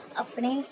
ਆਪਣੇ